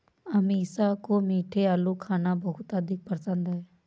अमीषा को मीठे आलू खाना बहुत अधिक पसंद है